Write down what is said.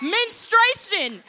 Menstruation